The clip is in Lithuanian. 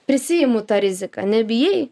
prisiimu tą riziką nebijai